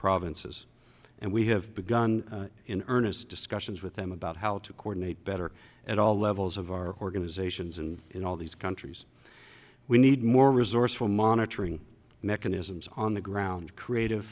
provinces and we have begun in earnest discussions with them about how to coordinate better at all levels of our organizations and in all these countries we need more resourceful monitoring mechanisms on the ground creative